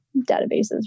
databases